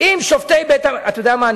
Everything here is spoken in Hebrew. אתה יודע מה?